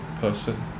person